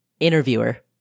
interviewer